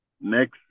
next